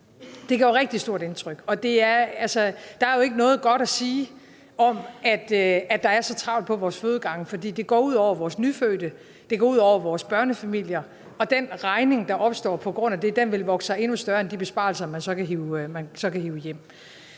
Det gør et rigtig stort indtryk. Der er jo ikke noget godt at sige om, at der er så travlt på vores fødegange, for det går ud over vores nyfødte, det går ud over vores børnefamilier, og den regning, der opstår på grund af det, vil vokse sig endnu større end de besparelser, man så kan hive hjem.